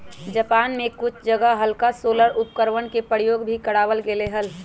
Japan में कुछ जगह हल्का सोलर उपकरणवन के प्रयोग भी करावल गेले हल